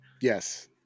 Yes